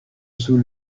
sous